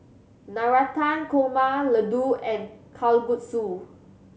Navratan Korma Ladoo and Kalguksu